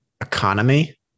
economy